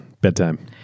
Bedtime